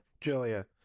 Julia